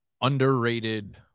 underrated